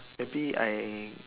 maybe I